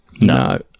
No